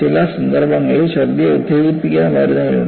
ചില സന്ദർഭങ്ങളിൽ ഛർദ്ദിയെ ഉത്തേജിപ്പിക്കുന്ന മരുന്നുകളുണ്ട്